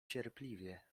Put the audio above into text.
cierpliwie